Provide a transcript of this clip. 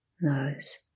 nose